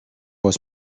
was